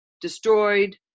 destroyed